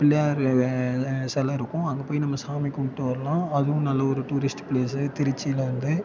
பிள்ளையார் செலை இருக்கும் அங்கே போய் நம்ம சாமி கும்பிட்டு வர்லாம் அதுவும் நல்ல ஒரு டூரிஸ்ட்டு ப்ளேஸு திருச்சியில் வந்து